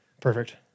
Perfect